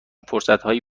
فرصتهای